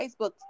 Facebook